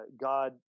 God